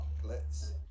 chocolates